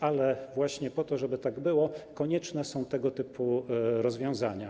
Ale po to, żeby tak było, konieczne są tego typu rozwiązania.